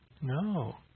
No